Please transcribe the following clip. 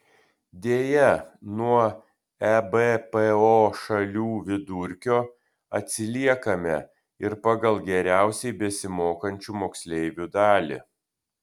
deja nuo ebpo šalių vidurkio atsiliekame ir pagal geriausiai besimokančių moksleivių dalį